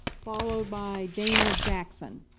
followed by dana jackson?